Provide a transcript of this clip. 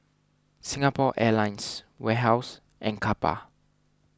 Singapore Airlines Warehouse and Kappa